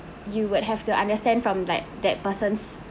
you would have to understand from like that person's